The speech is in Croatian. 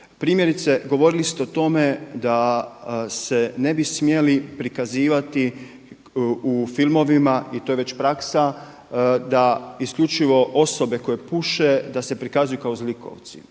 Primjerice, govorili ste o tome da se ne bi smjeli prikazivati u filmovima i to je već praksa da isključivo osobe koje puše da prikazuju kao zlikovci.